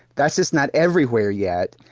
that's just not everywhere yet.